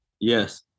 Yes